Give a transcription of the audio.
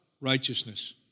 righteousness